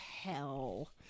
hell